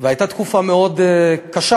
והייתה תקופה מאוד קשה,